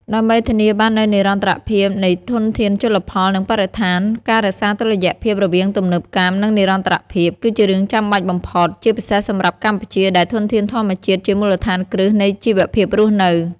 ដើម្បីធានាបាននូវនិរន្តរភាពនៃធនធានជលផល និងបរិស្ថាន ការរក្សាតុល្យភាពរវាងទំនើបកម្ម និងនិរន្តរភាព គឺជារឿងចាំបាច់បំផុត ជាពិសេសសម្រាប់កម្ពុជាដែលធនធានធម្មជាតិជាមូលដ្ឋានគ្រឹះនៃជីវភាពរស់នៅ។